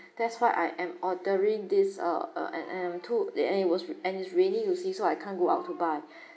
that's why I am ordering this uh uh and and am too then and it was r~ and is raining you see so I can't go out to buy